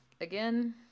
again